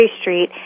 street